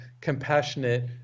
compassionate